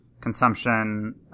consumption